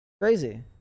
Crazy